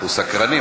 אנחנו סקרנים.